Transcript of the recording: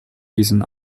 diesen